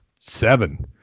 seven